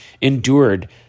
endured